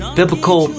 biblical